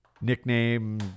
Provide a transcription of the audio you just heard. nickname